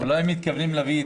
ואז נקיים את